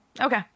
Okay